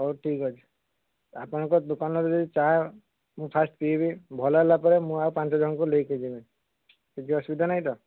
ହଉ ଠିକ୍ଅଛି ଆପଣଙ୍କ ଦୋକାନରେ ଯଦି ଚାହା ମୁଁ ଫାର୍ଷ୍ଟ ପିଇବି ଭଲ ହେଲାପରେ ମୁଁ ଆଉ ପାଞ୍ଚଜଣଙ୍କୁ ନେଇକି ଯିବି କିଛି ଅସୁବିଧା ନାହିଁ ତ